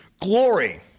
glory